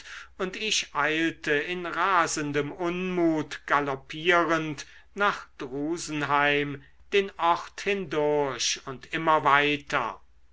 und ich eilte in rasendem unmut galoppierend nach drusenheim den ort hindurch und immer weiter